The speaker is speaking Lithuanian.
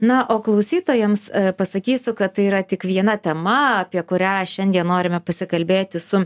na o klausytojams pasakysiu kad tai yra tik viena tema apie kurią šiandien norime pasikalbėti su